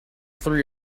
three